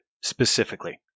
specifically